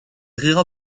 rira